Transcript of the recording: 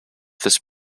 this